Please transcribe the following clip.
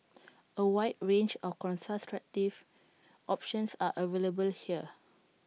A wide range of contraceptive options are available here